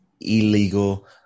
illegal